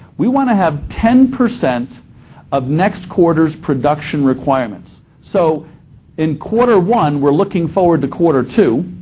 we want to have ten percent of next quarter's production requirements. so in quarter one we're looking forward to quarter two.